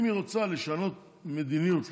אם היא רוצה לשנות מדיניות ומנטליות,